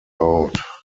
out